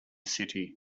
city